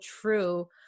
true